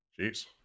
Jeez